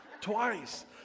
Twice